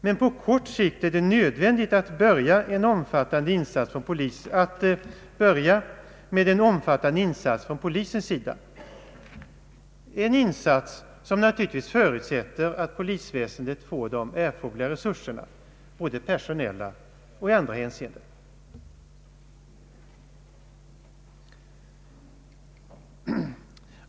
Men på kort sikt är det nödvändigt att börja med en omfattande insats från polisens sida — en insats som naturligtvis förutsätter att polisväsendet får de erforderliga resurserna, både personellt och i andra hänseenden.